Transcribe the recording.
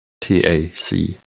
T-A-C-